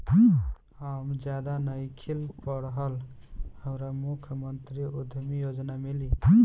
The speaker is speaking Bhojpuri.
हम ज्यादा नइखिल पढ़ल हमरा मुख्यमंत्री उद्यमी योजना मिली?